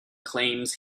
claims